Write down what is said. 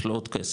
יש לו עוד כסף,